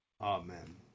Amen